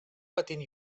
patent